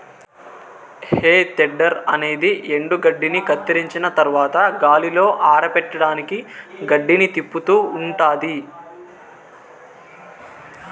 హే tedder అనేది ఎండుగడ్డిని కత్తిరించిన తరవాత గాలిలో ఆరపెట్టడానికి గడ్డిని తిప్పుతూ ఉంటాది